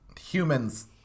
humans